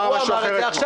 מזכירת הכנסת נמצאת כאן.